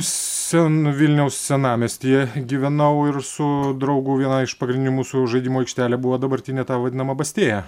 sen vilniaus senamiestyje gyvenau ir su draugu viena iš pagrindinių mūsų žaidimų aikštelė buvo dabartinė ta vadinama bastėja